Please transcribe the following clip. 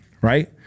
right